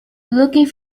looking